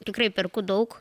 tikrai perku daug